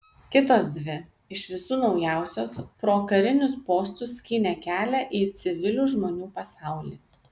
kitos dvi iš visų naujausios pro karinius postus skynė kelią į civilių žmonių pasaulį